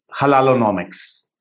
halalonomics